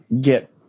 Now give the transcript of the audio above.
get